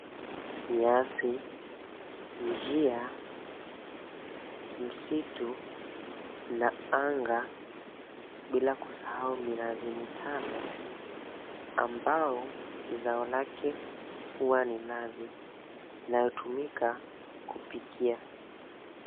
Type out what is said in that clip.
Nyasi, njia, msitu na anga, bila kusahau minazi mitano, ambao zao lake huwa ni nazi inayotumika kupikia.